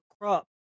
crop